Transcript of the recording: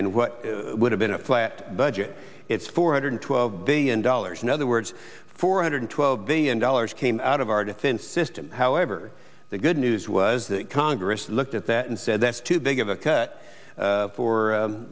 and what would have been a flat budget it's four hundred twelve billion dollars in other words four hundred twelve billion dollars came out of our defense system however the good news was that congress looked at that and said that's too big of a cut for